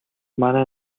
манай